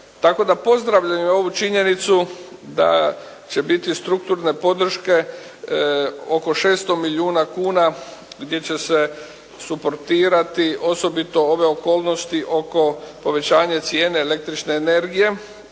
Tako da pozdravljam i ovu činjenicu da će biti strukturne podrške oko 600 milijuna kuna gdje će se suportirati osobito ove okolnosti oko povećanja cijene električne energije